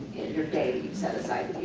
your day you set aside